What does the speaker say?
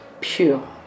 pure